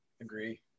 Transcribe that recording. Agree